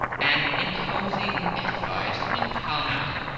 an imposing edifice in pall mall,